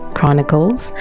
Chronicles